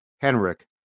Henrik